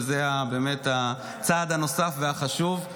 וזה הצעד הנוסף והחשוב,